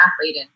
athlete